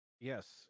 Yes